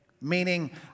meaning